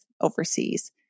overseas